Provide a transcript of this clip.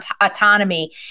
autonomy